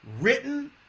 written